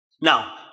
Now